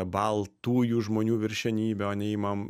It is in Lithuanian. baltųjų žmonių viršenybę o ne imam